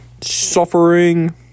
suffering